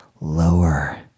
lower